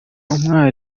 bamubaza